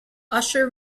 usher